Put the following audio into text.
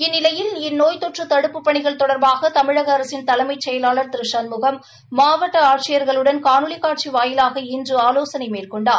இந்நிலையில் இந்நோய்த் தொற்று தடுப்புப் பணிகள் தொடர்பாக தமிழக அரசின் தலைமச் செயலாளர் திரு சண்முகம் மாவட்ட ஆட்சியர்களுடன் காணொலி காட்சி வாயிலாக இன்று ஆலோசனை மேற்கொண்டார்